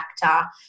factor